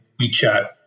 WeChat